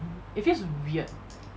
it feels weird